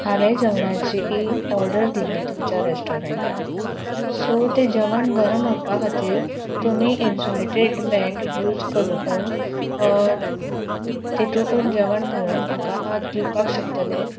हांवें जेवणाची ई ऑर्डर दिल्ली तुमच्या रॅस्टोरँटान सो तें जेवण गरम उरपा खातीर तुमी इंसुलेटेड बॅग यूज करू हून ऑ तितूंत हून जेवण घालून म्हाका आतां दिवपाक शकतले